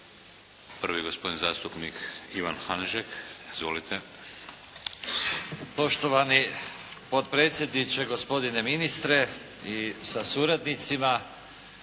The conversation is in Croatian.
Prvi gospodin zastupnik Ivan Hanžek. Izvolite. **Hanžek, Ivan (SDP)** Poštovani potpredsjedniče, gospodine ministre sa suradnicima.